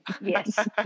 yes